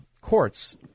courts